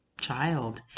child